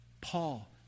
Paul